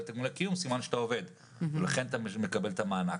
תגמולי קיום סימן שאתה עובד ולכן אתה מקבל את המענק.